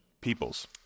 peoples